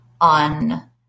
on